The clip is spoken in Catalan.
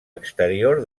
exterior